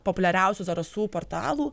populiariausių zarasų portalų